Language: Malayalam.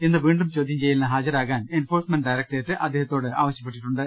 ഇന്ന് വീണ്ടും ചോദ്യം ചെയ്യ ലിന് ഹാജരാകാൻ എൻഫോഴ്സ്മെന്റ് ഡയറക്ട്രേറ്റ് അദ്ദേഹത്തോട് ആവശ്യപ്പെട്ടി ട്ടുണ്ട്